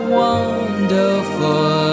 wonderful